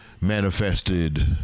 manifested